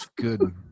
good